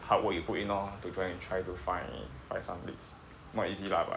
hard work you put in orh to join and try to find find some leads not easy lah but